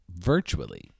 virtually